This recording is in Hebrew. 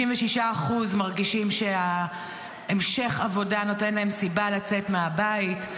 66% מרגישים שהמשך העבודה נותן להם סיבה לצאת מהבית,